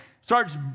starts